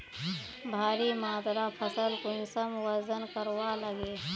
भारी मात्रा फसल कुंसम वजन करवार लगे?